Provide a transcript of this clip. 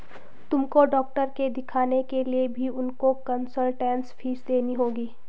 तुमको डॉक्टर के दिखाने के लिए भी उनको कंसलटेन्स फीस देनी होगी